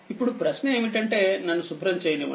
ఇప్పుడుప్రశ్న ఏమిటంటే నన్ను శుభ్రం చేయనివ్వండి